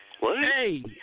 Hey